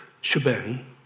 shebang